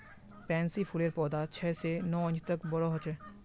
pansy फूलेर पौधा छह स नौ इंच तक बोरो ह छेक